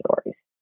stories